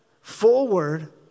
forward